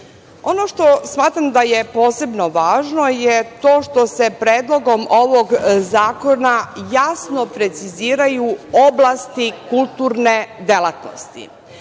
što smatram da je posebno važno je to što se predlogom ovog zakona jasno preciziraju oblasti kulturne delatnosti.